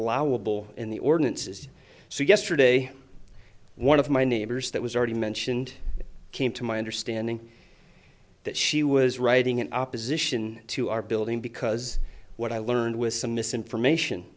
allowable in the ordinances so yesterday one of my neighbors that was already mentioned came to my understanding that she was writing in opposition to our building because what i learned was some misinformation